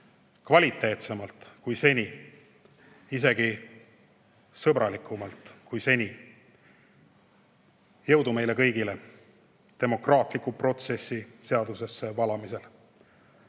kvaliteetsemalt kui seni, isegi sõbralikumalt kui seni. Jõudu meile kõigile demokraatliku protsessi seadusesse valamisel!